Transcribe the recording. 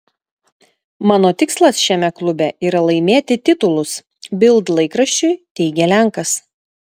mano tikslas šiame klube yra laimėti titulus bild laikraščiui teigė lenkas